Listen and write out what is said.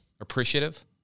appreciative